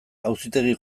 auzitegi